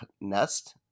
nest